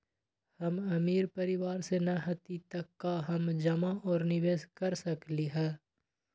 हम अमीर परिवार से न हती त का हम जमा और निवेस कर सकली ह?